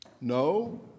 No